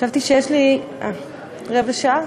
חשבתי שיש לי רבע שעה.